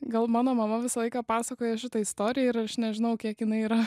gal mano mama visą laiką pasakoja šitą istoriją ir aš nežinau kiek jinai yra